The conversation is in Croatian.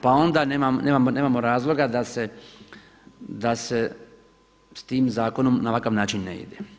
Pa onda nemamo razloga da se sa tim zakonom na ovakav način ne ide.